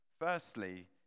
firstly